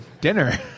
dinner